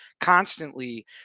constantly